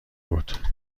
بود